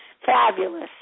Fabulous